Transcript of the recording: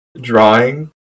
drawing